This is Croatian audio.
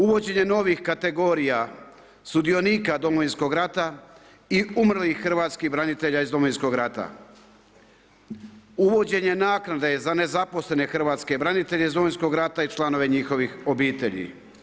Uvođenje novih kategorija sudionika Domovinskog rata i umrlih hrvatskih branitelja iz Domovinskog rata, uvođenje naknade za nezaposlene hrvatske branitelje iz Domovinskog rata i članove njihovih obitelji.